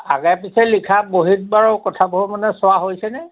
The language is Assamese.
আগে পিছে লিখা বহীত বাৰু কথাবোৰ মানে চোৱা হৈছেনে